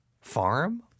Farm